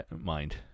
mind